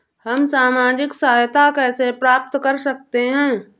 हम सामाजिक सहायता कैसे प्राप्त कर सकते हैं?